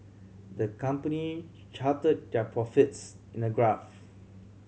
the company charted their profits in a graph